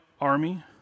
army